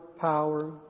power